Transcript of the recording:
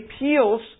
appeals